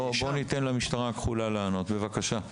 בוא ניתן למשטרה הכחולה לענות, בבקשה.